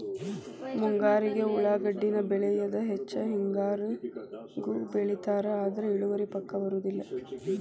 ಮುಂಗಾರಿಗೆ ಉಳಾಗಡ್ಡಿನ ಬೆಳಿಯುದ ಹೆಚ್ಚ ಹೆಂಗಾರಿಗೂ ಬೆಳಿತಾರ ಆದ್ರ ಇಳುವರಿ ಪಕ್ಕಾ ಬರುದಿಲ್ಲ